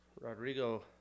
Rodrigo